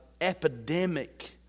epidemic